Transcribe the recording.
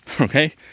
okay